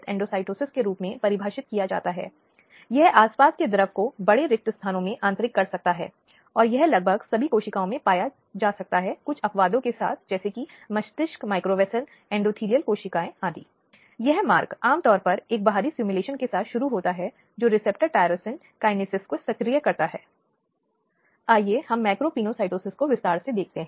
और मूल रूप से इसके अलावा अनुच्छेद 21 हमेशा ऐसी सभी स्थितियों में बचाव में आया है जहां किसी व्यक्ति के जीवन और गरिमा में इस तरह के गैरकानूनी घुसपैठ या आक्रमण हुए हैं